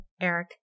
Eric